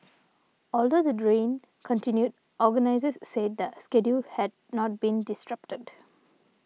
although the dream continued organisers said the schedule had not been disrupted